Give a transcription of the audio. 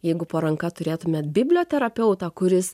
jeigu po ranka turėtumėt biblioterapeutą kuris